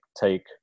take